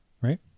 right